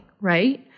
right